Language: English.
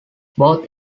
both